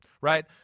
right